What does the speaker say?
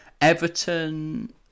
Everton